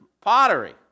pottery